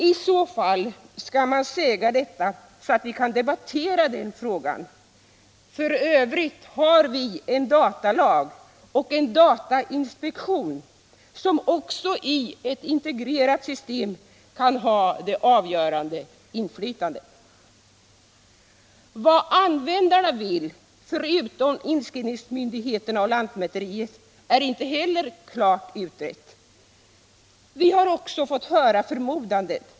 I så fall skall man säga detta, så att vi kan debattera den frågan. F. ö. har vi en datalag och en datainspektion, som också i ett integrerat system kan ha det avgörande inflytandet. Vad användarna — förutom inskrivningsmyndigheterna och lantmäteriet — vill är inte heller klart utrett. Vi har fått höra förmodanden.